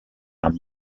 are